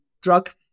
drug